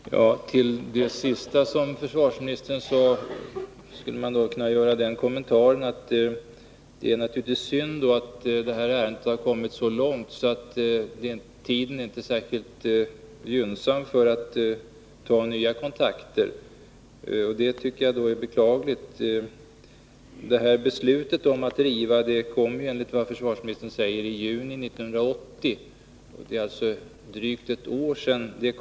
Nr 50 Fru talman! Till det sista som försvarsministern sade skulle man kunna Fredagen den göra den kommentaren att det naturligtvis är synd att ärendet har kommit så 11 december 1981 långt att tiden inte är särskilt gynnsam för att ta nya kontakter. Det tycker jag är beklagligt. Om överföringen Beslutet om att riva slottet kom, enligt vad försvarsministern säger, i juni 1980. Det är alltså drygt ett år sedan.